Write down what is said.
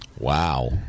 Wow